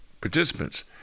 participants